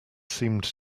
seemed